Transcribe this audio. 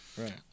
Right